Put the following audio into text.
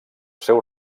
seu